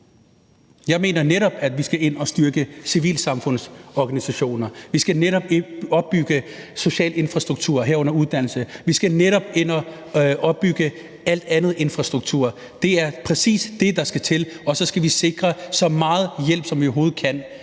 Jeg mener netop, at vi skal ind og styrke civilsamfundsorganisationer. Vi skal netop opbygge social infrastruktur, herunder uddannelse. Vi skal netop ind og opbygge alt andet infrastruktur. Det er præcis det, der skal til, og så skal vi sikre så meget hjælp, som vi overhovedet kan,